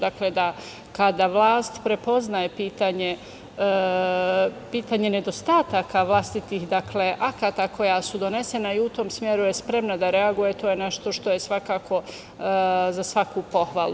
Dakle, kada vlast prepoznaje pitanje nedostataka vlastitih akata koja su donesena i u tom smeru je spremna da reaguje, to je nešto što je svakako za svaku pohvalu.